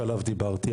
שעליו דיברתי.